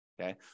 Okay